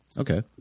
Okay